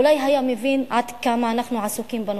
אולי היה מבין עד כמה אנחנו עסוקים בנושא,